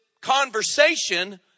conversation